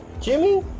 jimmy